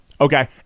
Okay